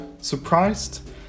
surprised